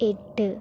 എട്ട്